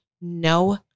no